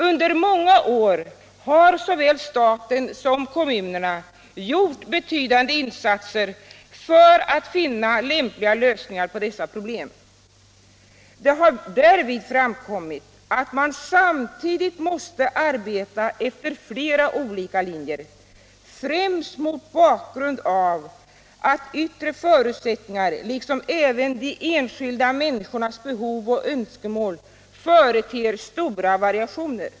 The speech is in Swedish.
Under många år har såväl staten som kommunerna gjort betydande insatser för att finna lämpliga lösningar på dessa problem. Det har därvid framkommit att man samtidigt måste arbeta efter flera olika linjer, främst mot bakgrund av att de yttre förutsättningarna liksom även de enskilda människornas behov och önskemål företer stora variationer.